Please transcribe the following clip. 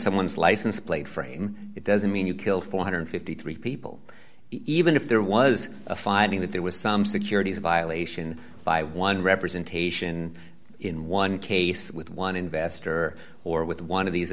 someone's license plate frame it doesn't mean you kill four hundred and fifty three people even if there was a finding that there was some securities violation by one representation in one case with one investor or with one of these